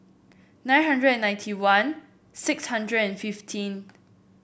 nine hundred ninety one six hundred and fifteen